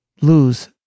lose